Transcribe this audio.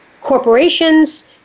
corporations